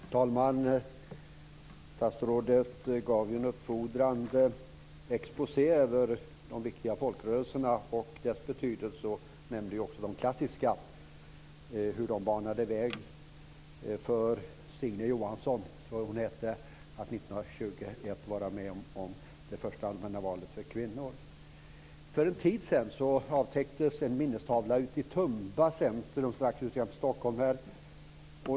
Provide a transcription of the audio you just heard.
Herr talman! Statsrådet gav en uppfordrande exposé över de viktiga folkrörelserna och deras betydelse. Hon nämnde också hur de banade vägen för Signe Johansson, tror jag att hon hette, att 1921 vara med om det första allmänna valet för kvinnor. För en tid sedan avtäcktes en minnestavla ute i Tumba centrum strax utanför Stockholm.